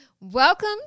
Welcome